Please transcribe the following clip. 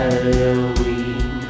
Halloween